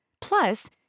Plus